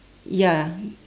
ya